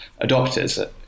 adopters